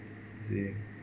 I see